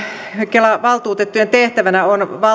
kelan valtuutettujen tehtävänä on